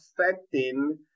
affecting